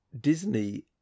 Disney